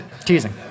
Teasing